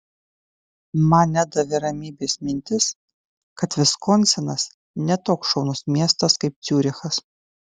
man nedavė ramybės mintis kad viskonsinas ne toks šaunus miestas kaip ciurichas